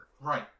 Right